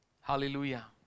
hallelujah